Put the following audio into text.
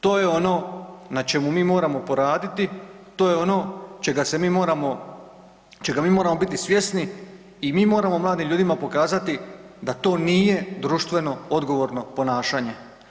To je ono na čemu mi moramo poraditi, to je ono čega se mi moramo, čega mi moramo biti svjesni i mi moramo mladim ljudima pokazati da to nije društveno odgovorno ponašanje.